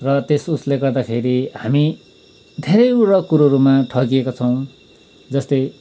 र त्यसोसले गर्दाखेरि हामी धेरैवटा कुराहरूमा ठगिएका छौँ जस्तै